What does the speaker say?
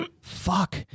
Fuck